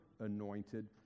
anointed